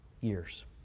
years